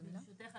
ברשותך,